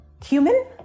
cumin